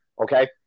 Okay